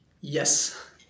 Yes